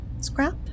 scrap